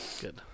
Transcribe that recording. Good